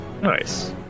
nice